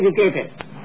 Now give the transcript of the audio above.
educated